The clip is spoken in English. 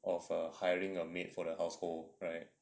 of err hiring a maid for the household right